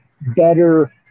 better